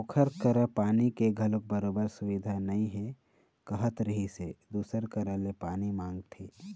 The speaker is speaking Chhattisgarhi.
ओखर करा पानी के घलोक बरोबर सुबिधा नइ हे कहत रिहिस हे दूसर करा ले पानी मांगथे